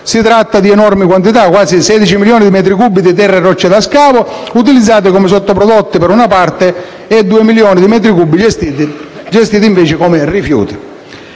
Si tratta di enormi quantità: quasi 16 milioni di metri cubi di terre e rocce da scavo utilizzati come sottoprodotti e due milioni di metri cubi gestiti come rifiuti.